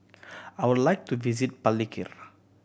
I would like to visit Palikir